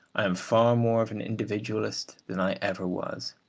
i am far more of an individualist than i ever was.